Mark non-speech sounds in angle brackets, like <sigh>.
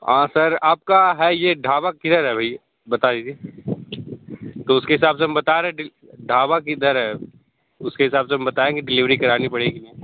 हाँ सर आपका है ये ढाबा किधर है भई बता दीजिये तो उसके हिसाब से हम बता रहे हैं ढाबा किधर है उसके हिसाब से हम बताएंगे डेलीवेरी करानी पड़ेगी <unintelligible>